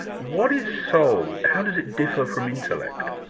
what is so how does it differ from intellect?